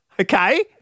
okay